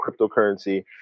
cryptocurrency